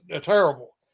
terrible